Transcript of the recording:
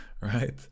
Right